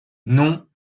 non